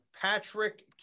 Patrick